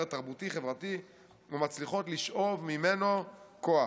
התרבותי-חברתי ומצליחות לשאוב ממנו כוח,